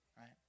right